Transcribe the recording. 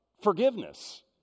forgiveness